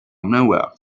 nowhere